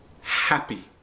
happy